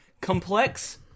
Complex